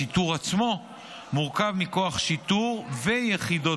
השיטור עצמו מורכב מכוח שיטור ומיחידות